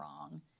wrong